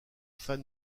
fan